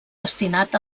destinat